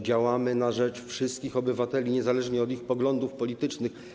Działamy na rzecz wszystkich obywateli, niezależnie od ich poglądów politycznych.